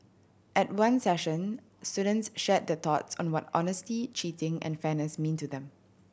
at one session students shared their thoughts on what honesty cheating and fairness mean to them